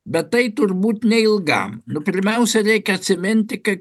bet tai turbūt neilgam nu pirmiausia reikia atsiminti kad